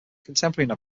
contemporary